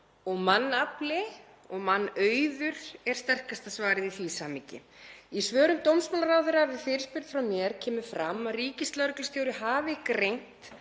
og mannafli og mannauður er sterkasta svarið í því samhengi. Í svörum dómsmálaráðherra við fyrirspurn frá mér kemur fram að ríkislögreglustjóri hafi greint